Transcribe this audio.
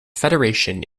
federation